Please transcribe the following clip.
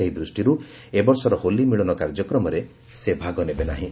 ସେହି ଦୃଷ୍ଟିରୁ ଏବର୍ଷର ହୋଲି ମିଳନ କାର୍ଯ୍ୟକ୍ରମରେ ସେ ଭାଗ ନେବେ ନାହିଁ